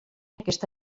aquesta